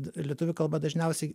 lietuvių kalba dažniausiai